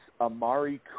Amari